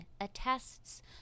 attests